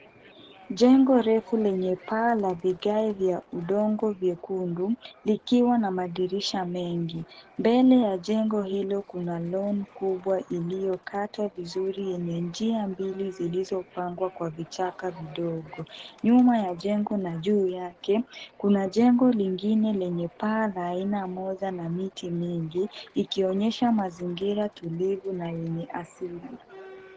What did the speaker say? Jengo refu lenye paa la vigae vya udongo vyekundu, likiwa na madirisha mengi. Mbele ya jengo hilo kuna lawn kubwa iliyokatwa vizuri yenye njia mbili zilizopangwa kwa vichaka vidogo. Nyuma ya jengo na juu yake, kuna jengo lingine lenye paa la aina moja na miti mingi, ikionyesha mazingira tulivu na yenye asili.